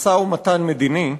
משא-ומתן מדיני,